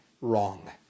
wrong